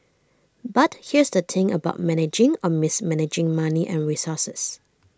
but here's the thing about managing or mismanaging money and resources